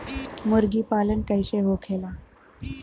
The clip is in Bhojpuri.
मुर्गी पालन कैसे होखेला?